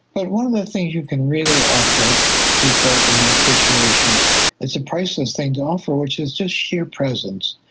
but one of the things you can really offer people in that situation is a priceless thing to offer which is just sheer presence.